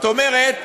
זאת אומרת,